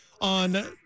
On